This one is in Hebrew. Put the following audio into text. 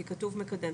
כי כתוב מקדם,